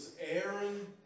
Aaron